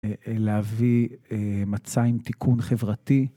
להביא מצע עם תיקון חברתי.